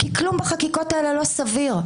כי כלום בחקיקות האלה לא סביר.